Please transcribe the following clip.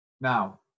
Now